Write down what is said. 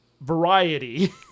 variety